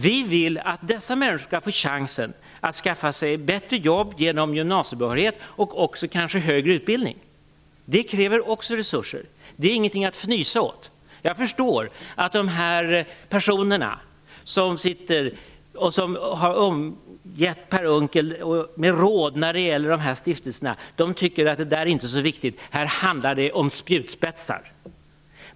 Vi vill att dessa människor skall få chansen att skaffa sig bättre jobb genom gymnasiebehörighet och högre utbildning. Också det kräver resurser, det är ingenting att fnysa åt. Jag förstår att de personer som omger Per Unckel och ger honom råd om dessa stiftelser tycker att det här inte är så viktigt. Här handlar det om spjutspetsar.